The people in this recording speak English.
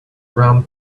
round